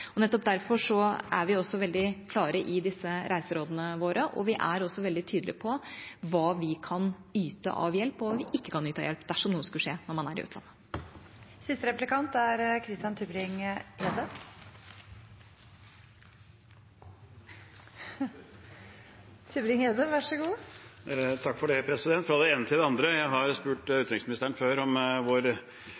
Nettopp derfor er vi veldig klare i disse reiserådene våre, og vi er også veldig tydelige på hva vi kan yte av hjelp, og hva vi ikke kan yte av hjelp, dersom noe skal skje når man er i utlandet. Fra det ene til det andre: Jeg har spurt utenriksministeren før om vårt ønske om å komme inn i FNs sikkerhetsråd, og jeg